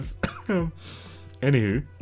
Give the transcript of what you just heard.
Anywho